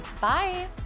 Bye